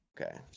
Okay